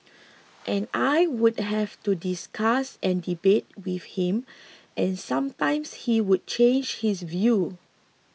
and I would have to discuss and debate with him and sometimes he would change his view